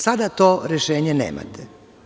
Sada to rešenje nemate.